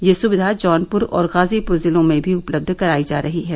यह सुक्धा जौनपुर और गाजीपुर जिलों में भी उपलब्ध करायी जा रही है